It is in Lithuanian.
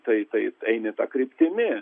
tai kai eini ta kryptimi